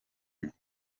ndetse